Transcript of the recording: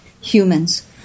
humans